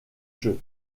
jeu